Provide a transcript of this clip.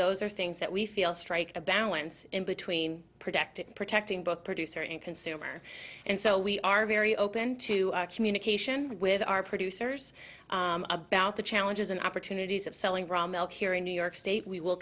those are things that we feel strike a balance between protecting protecting both producer and consumer and so we are very open to communication with our producers about the challenges and opportunities of selling raw milk here in new york state we will